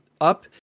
up